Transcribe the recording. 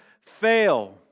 fail